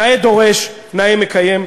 נאה דורש נאה מקיים,